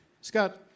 Scott